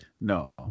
No